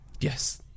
Yes